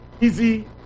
easy